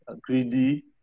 greedy